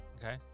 Okay